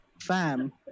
Fam